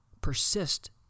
Persist